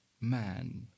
man